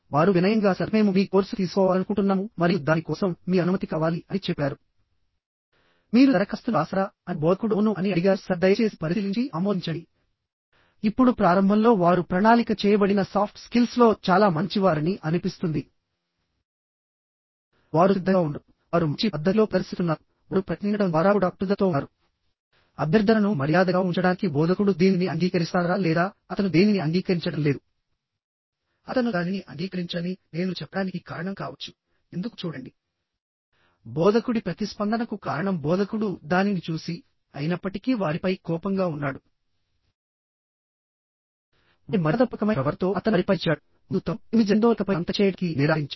వారు వినయంగా సర్ మేము మీ కోర్సు తీసుకోవాలనుకుంటున్నాము మరియు దాని కోసం మీ అనుమతి కావాలి అని చెప్పారు మీరు దరఖాస్తును వ్రాసారా అని బోధకుడు అవును అని అడిగారు సర్ దయచేసి పరిశీలించి ఆమోదించండి ఇప్పుడు ప్రారంభంలో వారు ప్రణాళిక చేయబడిన సాఫ్ట్ స్కిల్స్ లో చాలా మంచివారని అనిపిస్తుంది వారు సిద్ధంగా ఉన్నారు వారు మంచి పద్ధతిలో ప్రదర్శిస్తున్నారు వారు ప్రయత్నించడం ద్వారా కూడా పట్టుదలతో ఉన్నారు అభ్యర్థనను మర్యాదగా ఉంచడానికి బోధకుడు దీనిని అంగీకరిస్తారా లేదా అతను దేనిని అంగీకరించడం లేదు అతను దానిని అంగీకరించడని నేను చెప్పడానికి కారణం కావచ్చు ఎందుకు చూడండి బోధకుడి ప్రతిస్పందనకు కారణం బోధకుడు దానిని చూసి అయినప్పటికీ వారిపై కోపంగా ఉన్నాడు వారి మర్యాదపూర్వకమైన ప్రవర్తనతో అతను వారిపై అరిచాడు మరియు తప్పు ఏమి జరిగిందో లేఖపై సంతకం చేయడానికి నిరాకరించాడు